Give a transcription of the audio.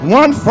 one